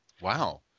Wow